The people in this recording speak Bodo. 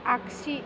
आगसि